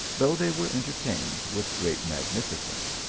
though they were entertained with great magnifi cence.